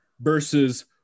versus